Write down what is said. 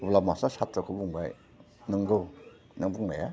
अब्ला मास्टारा सात्र'खौ बुंबाय नंगौ नों बुंनाया